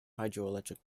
hydroelectric